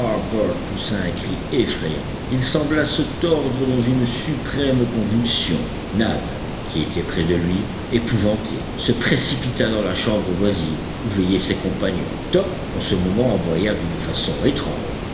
un cri effrayant il sembla se tordre dans une suprême convulsion nab qui était près de lui épouvanté se précipita dans la chambre voisine où veillaient ses compagnons top en ce moment aboya d'une façon étrange